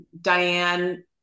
Diane